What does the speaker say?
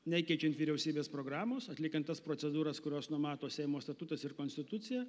nekeičiant vyriausybės programos atliekant tas procedūras kurios numato seimo statutas ir konstitucija